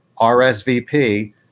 RSVP